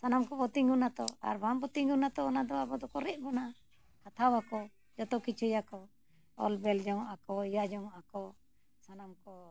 ᱥᱟᱱᱟᱢ ᱠᱚᱵᱚᱱ ᱛᱤᱸᱜᱩᱱᱟᱛᱚ ᱟᱨᱵᱟᱝᱵᱚᱱ ᱛᱤᱸᱜᱩᱱᱟᱛᱚ ᱚᱱᱟᱫᱚ ᱟᱵᱚ ᱫᱚᱠᱚ ᱨᱮᱡ ᱵᱚᱱᱟ ᱦᱟᱛᱟᱣ ᱟᱠᱚ ᱡᱚᱛᱚ ᱠᱤᱪᱷᱩᱭᱟᱠᱚ ᱚᱞᱼᱵᱮᱞ ᱡᱚᱝᱚᱜ ᱟᱠᱚ ᱭᱟ ᱡᱚᱝᱼᱚᱜ ᱟᱠᱚ ᱥᱟᱱᱟᱢ ᱠᱚ